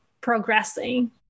progressing